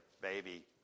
baby